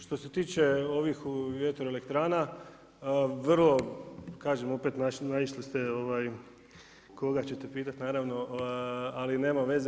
Što se tiče ovih vjetroelektrana vrlo kažem opet naišli ste koga ćete pitati naravno, ali nema veze.